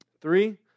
Three